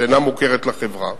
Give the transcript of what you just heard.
שאינה מוכרת לחברה,